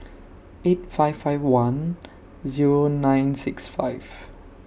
eight five five one Zero nine six five